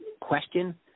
question